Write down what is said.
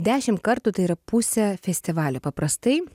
dešim kartų tai yra pusė festivalio paprastai